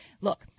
Look